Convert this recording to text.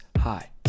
hi